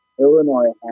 Illinois